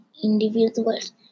Individuals